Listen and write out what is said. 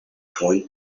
point